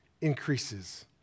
increases